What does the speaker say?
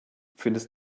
findest